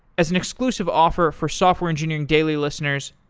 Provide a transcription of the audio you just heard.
as an inclusive offer for software engineering daily listeners,